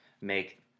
make